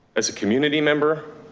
as a community member,